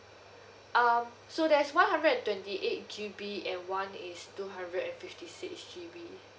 um so there's one hundred and twenty eight G_B and one is two hundred and fifty six G_B